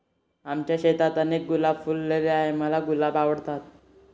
आमच्या शेतात अनेक गुलाब फुलले आहे, मला गुलाब आवडतात